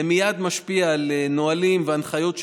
זה מייד משפיע על נהלים והנחיות,